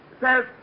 says